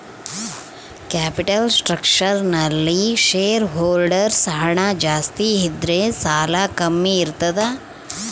capital structure ನಲ್ಲಿ shareholders ಹಣ ಜಾಸ್ತಿ ಇದ್ದರೆ ಸಾಲ ಕಮ್ಮಿ ಇರ್ತದ